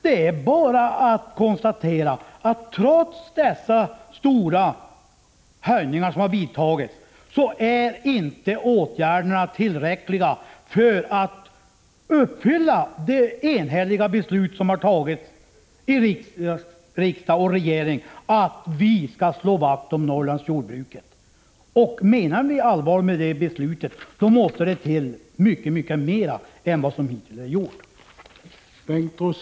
Det är bara att konstatera: Trots de stora höjningarna har man inte kunnat förverkliga vad som enhälligt beslutades av riksdag och regering, att slå vakt om Norrlandsjordbruket. Menar ni allvar med beslutet, måste det till mycket mera än vad som hittills har gjorts.